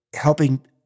helping